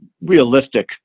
realistic